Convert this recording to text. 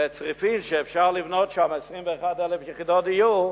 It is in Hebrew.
וצריפין, שאפשר לבנות שם 21,000 יחידות דיור,